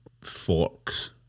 forks